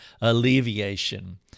alleviation